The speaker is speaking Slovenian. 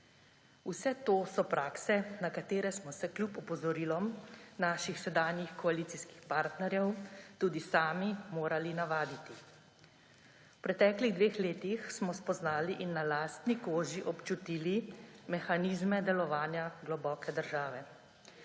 Vse to so prakse, na katere smo se kljub opozorilom naših sedanjih koalicijskih partnerjev tudi sami morali navaditi. V preteklih dveh letih smo poznali in na lastni koži občutili mehanizme delovanja globoke države.